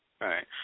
Right